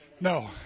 No